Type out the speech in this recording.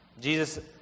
Jesus